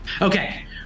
Okay